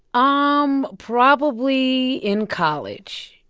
um probably in college,